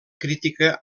crítica